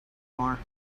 more